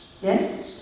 Yes